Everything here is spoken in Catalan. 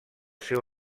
seu